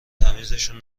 تمیزشون